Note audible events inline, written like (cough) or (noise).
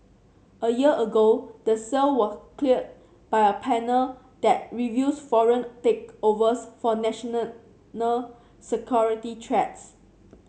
a year ago the sale were cleared by a panel that reviews foreign takeovers for national (unintelligible) security threats